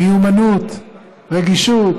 מיומנות, רגישות.